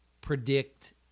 predict